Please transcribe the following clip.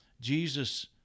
Jesus